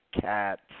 cats